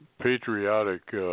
patriotic